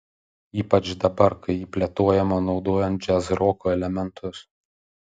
ypač dabar kai ji plėtojama naudojant džiazroko elementus